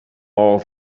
all